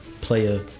player